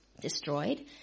destroyed